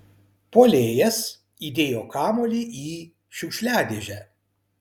puolėjas įdėjo kamuolį į šiukšliadėžę